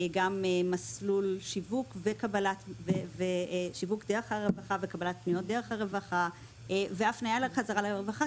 גם מסלול שיווק דרך הרווחה וקבלת פניות דרך הרווחה והפניה חזרה לרווחה,